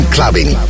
Clubbing